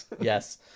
Yes